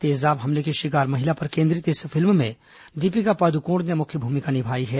तेजाब हमले की शिकार महिला पर केंद्रित इस फिल्म में दीपिका पादुकोण ने मुख्य भूमिका निभाई है